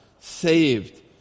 saved